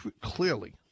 clearly